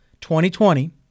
2020